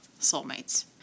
soulmates